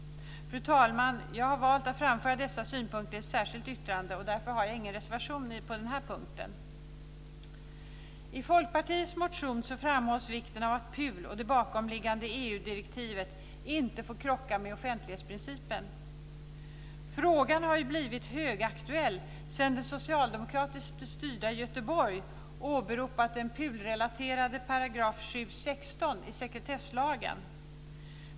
Fru talman! Jag har valt att framföra dessa synpunkter i ett särskilt yttrande. Därför har jag ingen reservation på den här punkten. I Folkpartiets motion framhålls vikten av att PUL och det bakomliggande EU-direktivet inte får krocka med offentlighetsprincipen. Frågan har blivit högaktuell sedan det socialdemokratiskt styrda Göteborg åberopat den PUL-relaterade § 7:16 i sekretesslagen.